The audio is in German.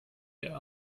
der